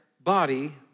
body